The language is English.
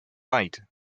bite